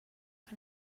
que